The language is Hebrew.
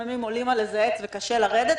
לפעמים עולים על איזה עץ וקשה לרדת.